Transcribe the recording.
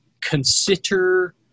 Consider